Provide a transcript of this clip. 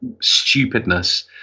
stupidness